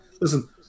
listen